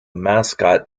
mascot